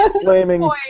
flaming